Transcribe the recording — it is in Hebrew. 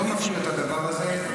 אני לא מכיר את הדבר הזה.